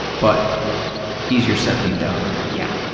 but easier said than done. yeah.